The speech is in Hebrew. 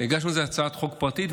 הגשנו הצעת חוק פרטית,